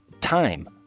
time